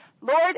Lord